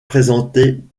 présentait